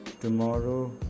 tomorrow